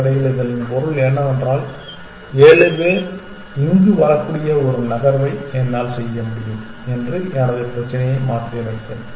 அடிப்படையில் இதன் பொருள் என்னவென்றால் ஏழு பேர் இங்கு வரக்கூடிய ஒரு நகர்வை என்னால் செய்ய முடியும் என்று எனது பிரச்சினையை மாற்றியமைத்தேன்